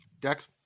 Dex